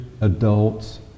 adults